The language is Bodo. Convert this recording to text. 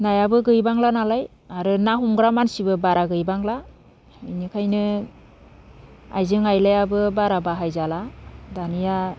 नायाबो गैबांला नालाय आरो ना हमग्रा मानसिबो बारा गैबांला बेनिखायनो आइजें आयलायाबो बारा बाहायजाला दानिया